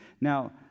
Now